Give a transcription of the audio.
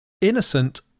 Innocent